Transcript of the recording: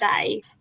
today